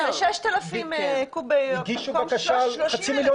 זה 6,000 קוב במקום 30,000. הגישו בקשה על חצי מיליון